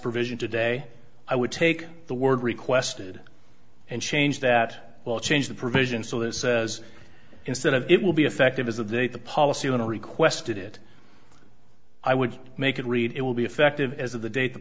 provision today i would take the word requested and change that will change the provision so that says instead of it will be effective as a date the policy when i requested it i would make it read it will be effective as of the date the